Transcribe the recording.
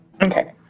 Okay